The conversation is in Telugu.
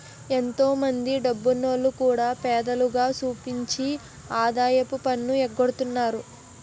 ఎంతో మందో డబ్బున్నోల్లు కూడా పేదోల్లుగా సూపించి ఆదాయపు పన్ను ఎగ్గొడతన్నారు